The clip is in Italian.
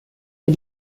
del